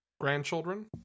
Grandchildren